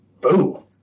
boom